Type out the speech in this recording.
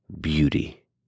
beauty